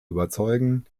überzeugen